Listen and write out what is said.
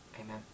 amen